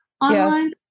online